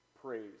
praise